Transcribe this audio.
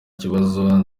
kibazo